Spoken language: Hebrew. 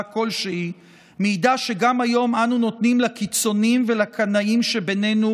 כלשהי מעידה שגם היום אנו נותנים לקיצונים ולקנאים שבינינו